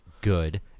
good